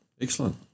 Excellent